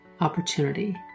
opportunity